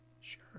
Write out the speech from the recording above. Sure